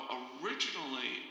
originally